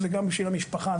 זה גם בשביל המשפחה,